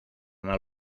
anar